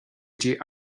dtí